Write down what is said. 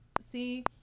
see